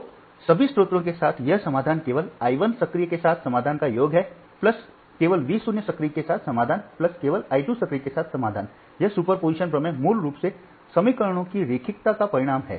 तो सभी स्रोतों के साथ यह समाधान केवल I 1 सक्रिय के साथ समाधान का योग है केवल V 0 सक्रिय के साथ समाधान केवल I 2 सक्रिय के साथ समाधान यह सुपरपोजिशन प्रमेय मूल रूप से समीकरणों की रैखिकता का परिणाम है